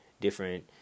different